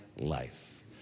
life